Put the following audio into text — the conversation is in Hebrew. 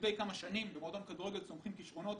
מידי כמה שנים צומחים כישרונות,